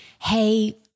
Hey